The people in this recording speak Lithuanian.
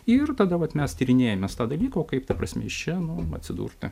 ir tada vat mes tyrinėjamės tą dalyką o kaip ta prasme iš čia atsidurt ten